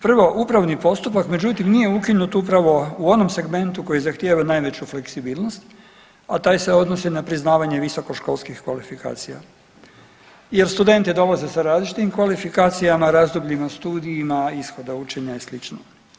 Prvo, upravni postupak međutim nije ukinut upravo u onom segmentu koji zahtjeva najveću fleksibilnost, a taj se odnosi na priznavanje visokoškolskih kvalifikacija jer studenti dolaze sa različitim kvalifikacijama, razdobljima, studijima i ishoda učenja i slično.